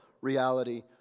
reality